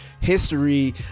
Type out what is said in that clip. history